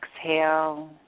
Exhale